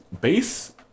base